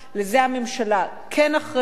לזה הממשלה כן אחראית,